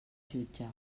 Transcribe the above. jutge